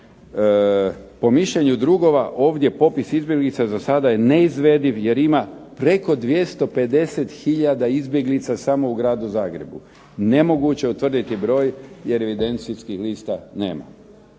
po mišljenju drugova ovdje popis izbjeglica za sada je neizvediv jer ima preko 250 hiljada izbjeglica samo u gradu Zagrebu, nemoguće utvrditi broj jer evidencijskih lista nema.